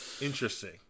Interesting